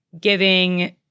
giving